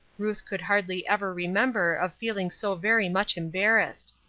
ruth could hardly ever remember of feeling so very much embarrassed.